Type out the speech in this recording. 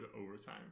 overtime